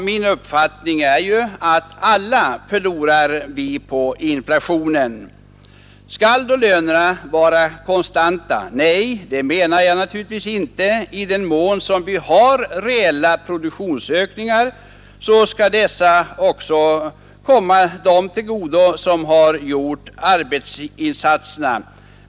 Min uppfattning är att vi alla förlorar på inflationen. Skall då lönerna vara konstanta? Nej, det menar jag naturligtvis inte. I den mån vi har reella produktionsökningar skall de också komma dem till godo som har gjort arbetsinsatserna.